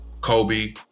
Kobe